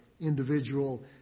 individual